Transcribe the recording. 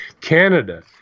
Canada